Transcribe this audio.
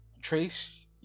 trace